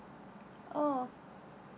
oh